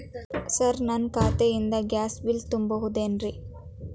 Sir ನನ್ನ ಖಾತೆಯಿಂದ gas bill ತುಂಬಹುದೇನ್ರಿ?